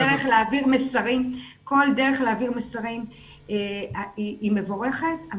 להעביר מסרים היא מבורכת.